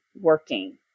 working